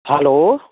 hello